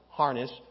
harness